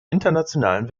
internationalen